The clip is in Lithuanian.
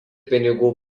pinigų